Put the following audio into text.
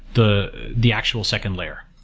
the the actual second layer.